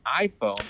iPhone